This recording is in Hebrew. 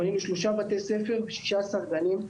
בנינו שלושה בתי ספר ו-16 גני ילדים.